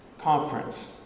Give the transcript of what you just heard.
conference